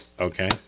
Okay